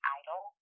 idle